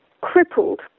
crippled